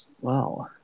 Wow